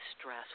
stress